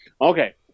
Okay